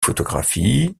photographies